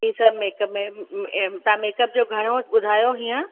हीअ सभु मेकअप में तव्हां मेकअप जो घणो ॿुधायो हीअंर